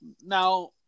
now